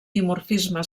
dimorfisme